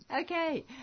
Okay